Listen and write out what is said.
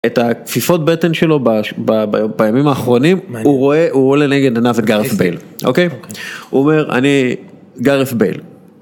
את הכפיפות בטן שלו בימים האחרונים, הוא רואה, הוא רואה לנגד עיניו את גארת' בייל, אוקיי? הוא אומר, אני, גארת' בייל.